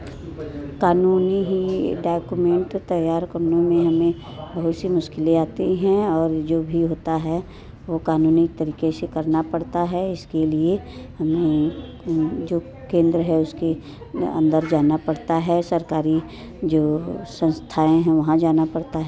कानूनी ही डॉक्यूमेंट तैयार करने में हमें बहुत सी मुश्किलें आती हैं और जो भी होता है वो कानूनी तरीके से करना पड़ता है इसके लिए हमें जो केंद्र है उसके अंदर जाना पड़ता है सरकारी जो संस्थाएं हैं वहाँ जाना पड़ता है